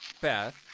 Beth